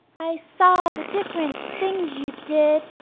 i saw the different things you did,